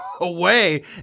away